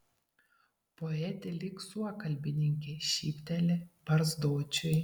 poetė lyg suokalbininkė šypteli barzdočiui